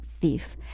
thief